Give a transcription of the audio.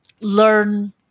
learn